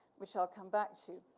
which i'll come back to.